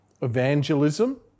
evangelism